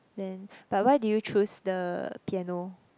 then but why did you choose the piano